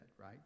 right